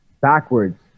backwards